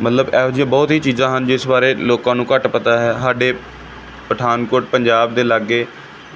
ਮਤਲਬ ਇਹੋ ਜਿਹੀਆਂ ਬਹੁਤ ਹੀ ਚੀਜ਼ਾਂ ਹਨ ਜਿਸ ਬਾਰੇ ਲੋਕਾਂ ਨੂੰ ਘੱਟ ਪਤਾ ਹੈ ਸਾਡੇ ਪਠਾਨਕੋਟ ਪੰਜਾਬ ਦੇ ਲਾਗੇ